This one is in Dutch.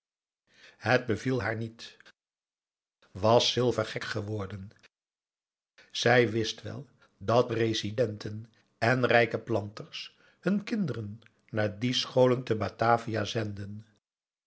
het beviel haar niet was silver gek geworden zij wist wel dat residenten en rijke planters hun kinderen naar die scholen te batavia zenden